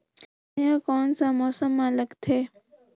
धनिया कोन सा मौसम मां लगथे?